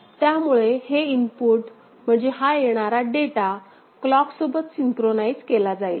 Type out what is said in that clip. त्यामुळे हे इनपुट म्हणजे हा येणारा डेटा क्लॉक सोबत सिंक्रोनाइज केला जाईल